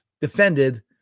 defended